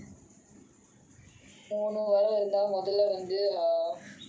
மூணு வாரம் இருந்தா முதல்ல வந்து:moonu vaaram irunthaa mothalla vanthu